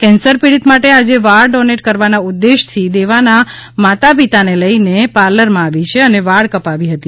cancer પીડિત માટે આજે વાળ ડોનેટ કરવાના ઉદ્દેશ્ય થી દેવાના માતાપિતાને લઈને પાર્લરમાં આવી છે અને વાળ કપાવી હતી